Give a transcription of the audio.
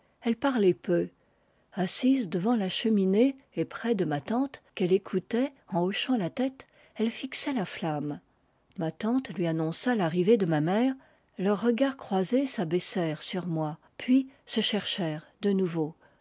elle parlait peu assise devant la cheminée et près de ma tante qu'elle écoutait en hochant la tête elle fixait la flamme ma tante lui annonça l'arrivée de ma mère leurs regards croisés s'abaissèrent sur moi puis se cherchèrent de nouveau